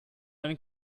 einen